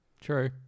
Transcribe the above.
True